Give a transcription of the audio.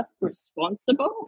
responsible